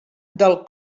del